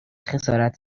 خسارت